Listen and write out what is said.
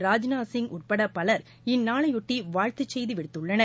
ராஜ்நாத் சிங் உட்பட பவர் இந்நாளையொட்டி வாழ்த்துச் செய்தி விடுத்துள்ளனர்